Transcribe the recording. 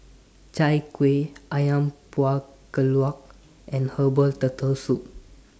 Chai Kueh Ayam Buah Keluak and Herbal Turtle Soup